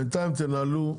בינתיים תנהלו,